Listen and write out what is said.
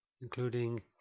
including